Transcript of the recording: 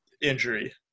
injury